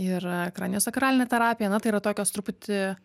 ir kraniosakralinė terapija na tai yra tokios truputį